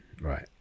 Right